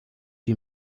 die